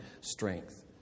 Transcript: strength